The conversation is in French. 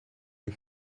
ont